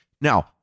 Now